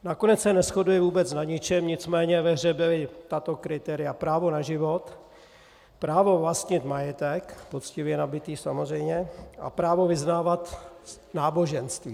Nakonec se neshodli vůbec na ničem, nicméně ve hře byla tato kritéria: právo na život, právo vlastnit majetek, poctivě nabytý, samozřejmě, a právo svobodně vyznávat náboženství.